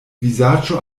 vizaĝo